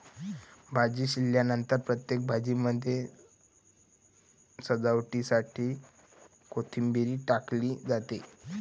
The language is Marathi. भाजी शिजल्यानंतर प्रत्येक भाजीमध्ये सजावटीसाठी कोथिंबीर टाकली जाते